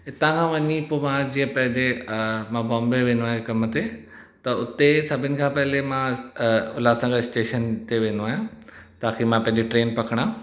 हितां खांं वञी पोइ मां जीअं पंहिंजे मां बॉम्बे वेंदो आहियां कम ते त उते सभिनी खां पहले मां उल्हासनगर स्टेशन ते वेंदो आहियां ताकि मां पंहिंजी ट्रेन पकड़ा